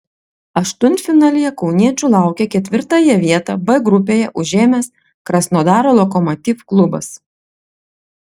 aštuntfinalyje kauniečių laukia ketvirtąją vietą b grupėje užėmęs krasnodaro lokomotiv klubas